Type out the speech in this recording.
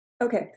Okay